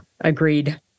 Agreed